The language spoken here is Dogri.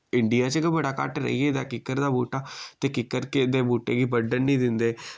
इंडिया च गै बड़ा घट्ट रेही गेदा किक्कर दा बूह्टा ते किक्कर दे बूह्टे गी बड्ढन नि दिंदे